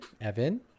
Evan